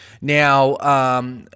Now